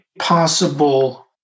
possible